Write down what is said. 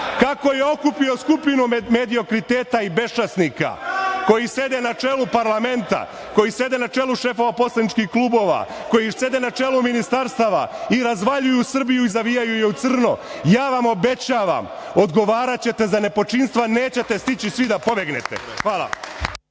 kako je okupio skupinu mediokriteta i besčasnika koji sede na čelu parlamenta, koji sede na čelu šefova poslaničkih klubova, koji sede na čelu ministarstava i razvaljuju Srbiju i zavijaju je u crno. Ja vam obećavam odgovaraćete za nepočinstva, nećete svi da pobegnete. Hvala.